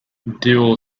dual